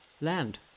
land